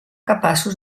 capaços